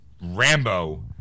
Rambo